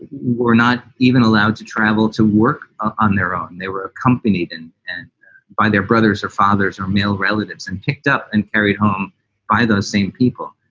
were not even allowed to travel to work on their own. they were accompanied and and by their brothers or fathers or male relatives and picked up and carried home by those same people.